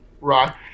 Right